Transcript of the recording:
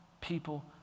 people